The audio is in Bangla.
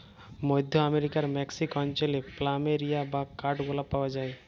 মধ্য আমরিকার মেক্সিক অঞ্চলে প্ল্যামেরিয়া বা কাঠগলাপ পাওয়া যায়